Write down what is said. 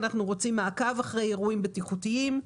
אנחנו רוצים מעקב אחרי אירועים בטיחותיים,